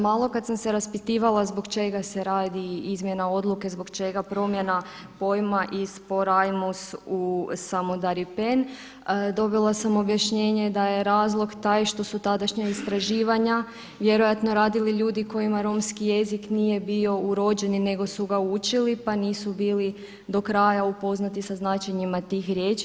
Malo kad sam se raspitivala zbog čega se radi izmjena odluke, zbog čega promjena pojma iz Porajmos u Samudaripen dobila sam objašnjenje da je razlog taj što su tadašnja istraživanja vjerojatno radili ljudi kojima romski jezik nije bio urođeni nego su ga učili, pa nisu bili do kraja upoznati sa značenjima tih riječi.